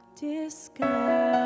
disguise